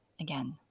again